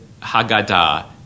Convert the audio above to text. Haggadah